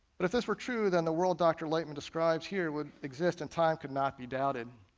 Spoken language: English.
but if this were true then the world dr. lightman describes here would exist and time could not be doubted.